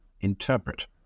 interpret